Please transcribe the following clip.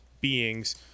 beings